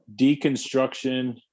deconstruction